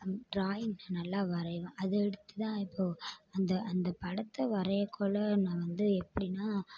அந்த டிராயிங் நான் நல்லா வரைவேன் அது எடுத்து தான் இப்போது அந்த அந்த படத்தை வரையக்குள்ள நான் வந்து எப்படின்னா